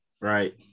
right